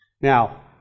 Now